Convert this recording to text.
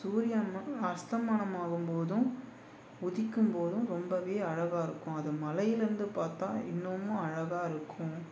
சூரியன் ம அஸ்தமனம் ஆகும் போதும் உதிக்கும் போதும் ரொம்பவே அழகா இருக்கும் அதை மலையிலேருந்து பார்த்தா இன்னமும் அழகா இருக்கும்